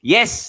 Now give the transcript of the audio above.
Yes